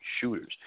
shooters